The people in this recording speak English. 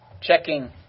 checking